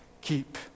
keep